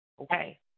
Okay